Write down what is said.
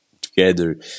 together